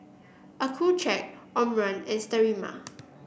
Accucheck Omron and Sterimar